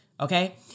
okay